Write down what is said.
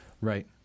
Right